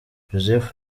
joseph